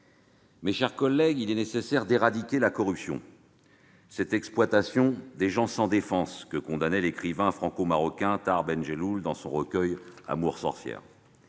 mes chers collègues, il est nécessaire d'éradiquer la corruption, cette « exploitation des gens sans défense » que condamnait l'écrivain franco-marocain Tahar Ben Jelloun dans son recueil. S'engager contre ce